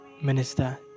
minister